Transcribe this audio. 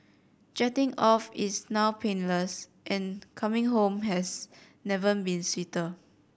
jetting off is now painless and coming home has never been sweeter